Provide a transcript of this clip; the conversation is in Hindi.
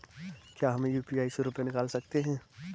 क्या हम यू.पी.आई से रुपये निकाल सकते हैं?